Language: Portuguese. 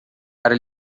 para